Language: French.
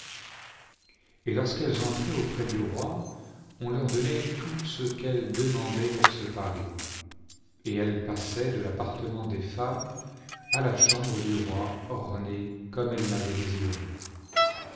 et lorsqu'elles entraient auprès du roi on leur donnait tout ce qu'elles demandaient pour se parer et elles passaient de l'appartement des femmes à la chambre du roi ornées comme elles l'avaient désiré